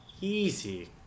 Easy